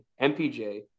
MPJ